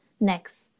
next